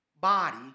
body